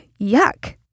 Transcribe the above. Yuck